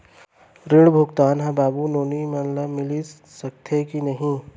ऋण भुगतान ह बाबू नोनी मन ला मिलिस सकथे की नहीं?